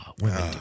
women